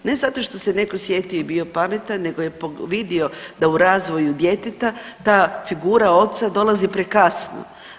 Ne zato što se netko sjetio i bio pametan nego je vidio da u razvoju djeteta ta figura oca dolazi prekasno.